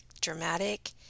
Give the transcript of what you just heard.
dramatic